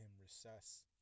recess